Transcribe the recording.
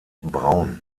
braun